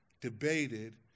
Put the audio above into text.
debated